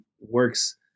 works